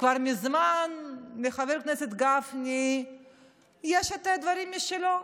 כבר מזמן לחבר הכנסת גפני יש דברים משלו.